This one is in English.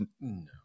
no